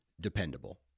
dependable